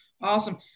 Awesome